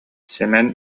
сэмэн